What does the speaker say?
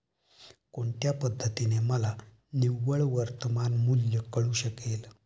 कोणत्या पद्धतीने मला निव्वळ वर्तमान मूल्य कळू शकेल?